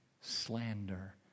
slander